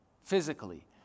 physically